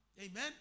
amen